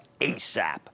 ASAP